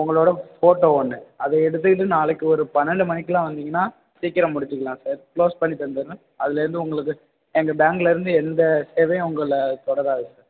உங்களோட ஃபோட்டோ ஒன்று அது எடுத்துக்கிட்டு நாளைக்கு ஒரு பன்னெண்டு மணிக்குலாம் வந்திங்கன்னா சீக்கிரம் முடிச்சிக்கலாம் சார் க்ளோஸ் பண்ணி தந்துடுறன் அதுலருந்து உங்களுக்கு எங்கள் பேங்க்லருந்து எந்த சேவையும் உங்களை தொடராது சார்